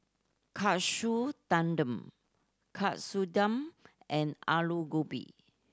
Katsu Tendon Katsudon and Alu Gobi